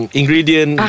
ingredient